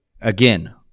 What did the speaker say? again